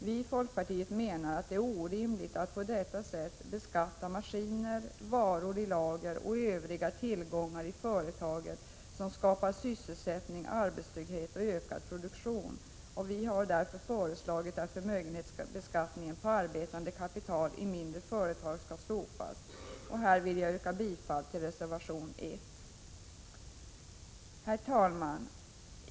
Vii folkpartiet menar att det är orimligt att på detta sätt beskatta maskiner, varor i lager och övriga tillgångar i företagen som skapar sysselsättning, arbetstrygghet och ökad produktion. Vi har därför föreslagit att förmögenhetsbeskattning på arbetande kapital i mindre företag skall slopas. Jag yrkar bifall till reservation 1. Herr talman!